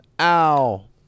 Ow